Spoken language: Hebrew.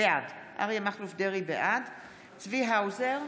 בעד צבי האוזר,